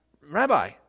Rabbi